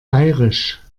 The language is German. bairisch